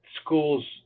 schools